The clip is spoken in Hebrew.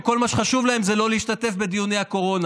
שכל מה שחשוב להם זה לא להשתתף בדיוני הקורונה.